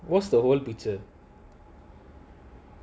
what's the whole picture